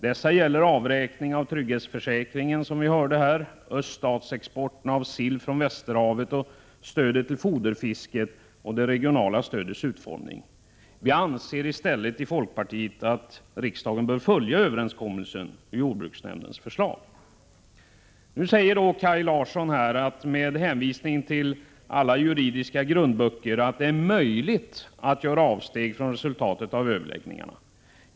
Dessa gäller, som vi hörde här, avräkningen av trygghetsförsäkringen, öststatsexporten av sill från Västerhavet, stödet till foderfisket och det regionala stödets utformning. I folkpartiet anser vi att riksdagen bör följa överenskommelsen och jordbruksnämndens förslag. Nu säger Kaj Larsson med hänvisning till alla juridiska grundböcker att det är möjligt att göra avsteg från resultatet av överläggningarna.